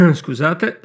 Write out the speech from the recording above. scusate